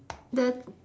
the